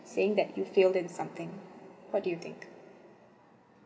saying that you failed in something what do you think